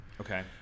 Okay